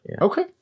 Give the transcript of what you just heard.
Okay